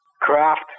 craft